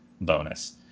bonus